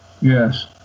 Yes